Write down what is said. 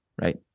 Right